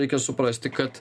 reikia suprasti kad